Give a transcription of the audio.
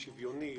שוויוני,